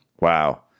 Wow